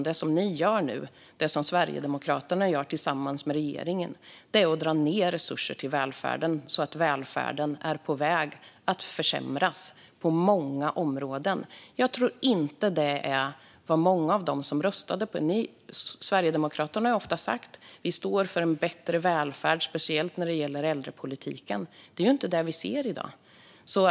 Det som Sverigedemokraterna gör tillsammans med regeringen är att dra ned på resurser till välfärden, och därmed är välfärden på väg att försämras på många områden. Jag tror inte att det är vad många röstade på. Sverigedemokraterna har ofta sagt att ni står för en bättre välfärd, speciellt i äldrepolitiken. Men det är inte vad vi ser i dag.